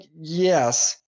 yes